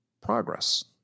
progress